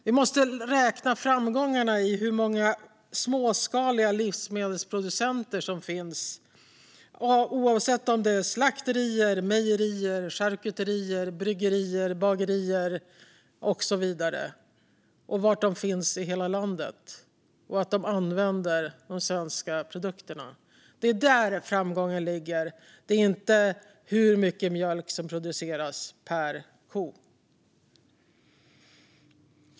Vi måste räkna framgångarna i hur många småskaliga livsmedelsproducenter det finns, oavsett om det är slakterier, mejerier, charkuterier, bryggerier, bagerier och så vidare, i var i hela landet de finns och i att de använder de svenska produkterna. Det är där framgången finns. Den finns inte i hur mycket mjölk som produceras per ko.